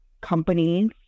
companies